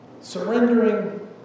Surrendering